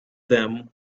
them